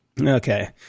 Okay